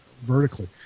vertically